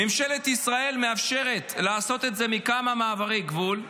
ממשלת ישראל מאפשרת לעשות את זה מכמה מעברי גבול,